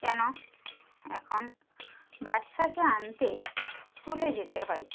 কেন এখন বাচ্চাকে আনতে স্কুলে যেতে হয়